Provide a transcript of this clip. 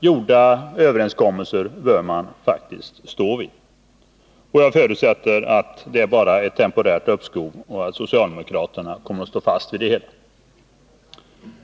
Gjorda överenskommelser bör man faktiskt hålla. Jag förutsätter att det bara är ett temporärt uppskov och att socialdemokraterna kommer att stå fast vid den tidigare kompromissen.